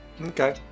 Okay